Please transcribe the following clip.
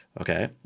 Okay